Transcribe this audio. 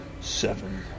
Seven